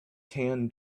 tan